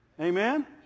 Amen